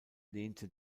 lehnte